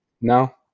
No